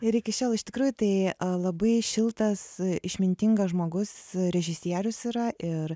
ir iki šiol iš tikrųjų tai labai šiltas išmintingas žmogus režisierius yra ir